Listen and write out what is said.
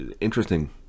interesting